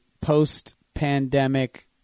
post-pandemic